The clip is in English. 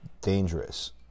dangerous